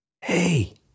hey